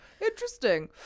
Interesting